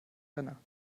renner